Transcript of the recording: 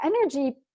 energy